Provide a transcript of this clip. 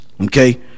okay